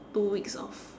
two weeks of